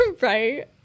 right